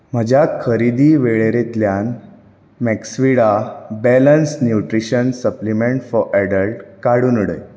म्हज्या खरेदी वळेरेंतल्यान Maxvida balanced nutrition supplement for adult काडून उडय